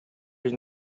agli